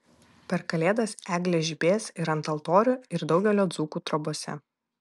per kalėdas eglės žibės ir ant altorių ir daugelio dzūkų trobose